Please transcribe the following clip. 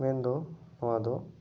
ᱢᱮᱱ ᱫᱚ ᱱᱚᱣᱟ ᱫᱚ